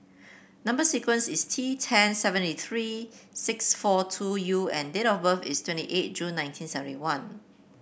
number sequence is T ten seventy three six four two U and date of birth is twenty eight June nineteen seventy one